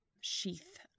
sheath